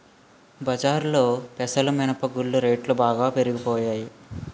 బజారులో పెసలు మినప గుళ్ళు రేట్లు బాగా పెరిగిపోనాయి